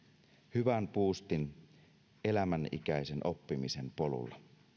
hyvän buustin elämänikäisen oppimisen polulla